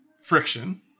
friction